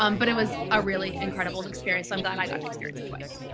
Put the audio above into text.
um but it was a really incredible experience, i'm glad i got to experience it twice.